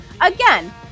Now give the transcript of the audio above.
again